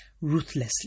ruthlessly